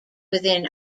within